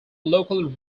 local